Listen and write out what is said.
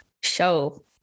Show